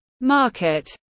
market